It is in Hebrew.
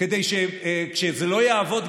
כדי שכשגם זה לא יעבוד,